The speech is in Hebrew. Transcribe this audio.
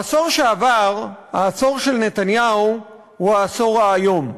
העשור שעבר, העשור של נתניהו, הוא העשור האיום.